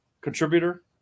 contributor